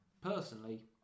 Personally